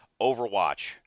Overwatch